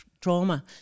trauma